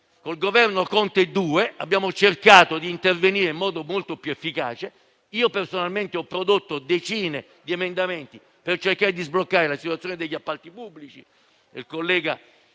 il Governo Conte 2 abbiamo cercato di intervenire in modo molto più efficace. Personalmente ho prodotto decine di emendamenti per sbloccare la situazione degli appalti pubblici